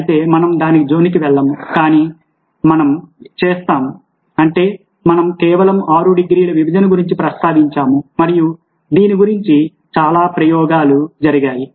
అయితే మనం దాని జోలికి వెళ్లము కానీ మనం ఏమి చేస్తాం అంటే మనం కేవలం ఆరు డిగ్రీల విభజన గురించి ప్రస్తావించాము మరియు దీని గురించి చాలా ప్రయోగాలు జరిగాయి